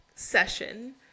session